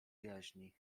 jaźni